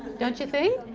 don't you think?